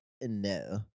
No